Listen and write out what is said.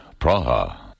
Praha